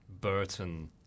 Burton